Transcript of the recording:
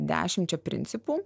dešimčia principų